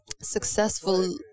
successful